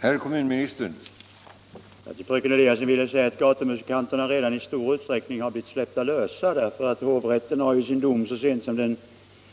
Herr talman! Till fröken Eliasson vill jag säga att gatumusikanterna redan i stor utsträckning har släppts lösa. Hovrätten har i sin dom så sent som den